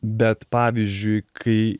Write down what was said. bet pavyzdžiui kai